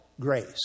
grace